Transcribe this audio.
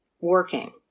working